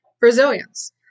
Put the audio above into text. resilience